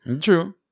True